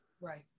Right